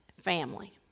family